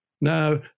Now